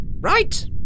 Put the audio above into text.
Right